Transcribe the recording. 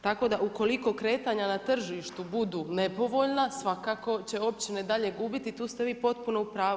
Tako da ukoliko kretanja na tržištu budu nepovoljna svakako će općine dalje gubiti i tu ste vi potpuno u pravu.